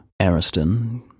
Ariston